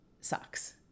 sucks